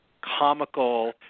comical